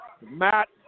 Matt